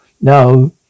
No